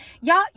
y'all